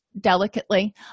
delicately